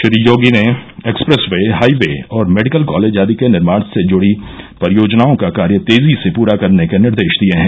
श्री योगी ने expressway highway और medical college आदि के निर्माण से जुड़ी परियोजनाओं का कार्य तेजी से पूरा करने के निर्देश दिये हैं